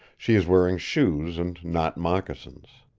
she is wearing shoes and not moccasins.